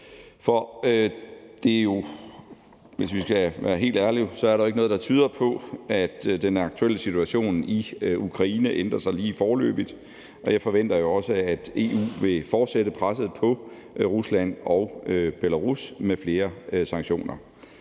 For hvis vi skal være helt ærlige, er der jo ikke noget, der tyder på, at den aktuelle situation i Ukraine ændrer sig lige foreløbig, og jeg forventer også, at EU vil fortsætte presset på Rusland og Belarus med flere sanktioner.